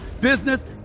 business